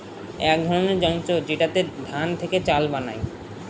এক ধরনের যন্ত্র যেটাতে ধান থেকে চাল বানায়